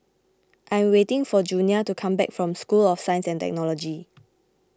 I am waiting for Junia to come back from School of Science and Technology